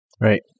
Right